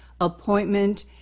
Appointment